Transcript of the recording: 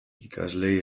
ikasleei